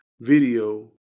video